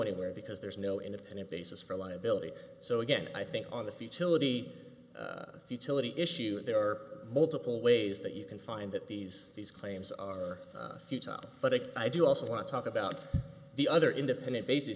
anywhere because there's no independent basis for liability so again i think on the futility of futility issues there are multiple ways that you can find that these these claims are futile but i do also want to talk about the other independent bas